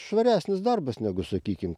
švaresnis darbas negu sakykim